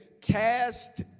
cast